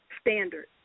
standard